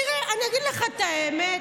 תראה, אני אגיד לך את האמת,